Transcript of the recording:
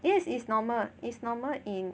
yes is normal is normal in